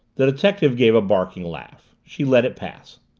the detective gave a barking laugh. she let it pass.